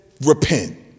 repent